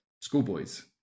schoolboys